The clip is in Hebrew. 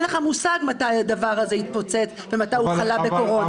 אין לך מושג מתי הדבר הזה יתפוצץ ומתי הוא חלה בקורונה.